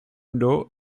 loo